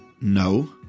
No